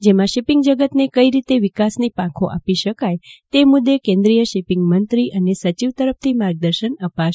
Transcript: જેમાં શીપીંગ જગતને કઈ રીતે વિકાસની પાંખો આપી શકાય તે મુદ્દે કેન્દ્રીય શીપીંગ મંત્રી અને સચિવ તરફથી માર્ગદર્શન અપાશે